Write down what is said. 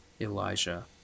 Elijah